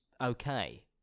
okay